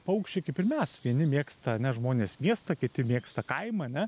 paukščiai kaip ir mes vieni mėgsta ane žmonės miestą kiti mėgsta kaimą ane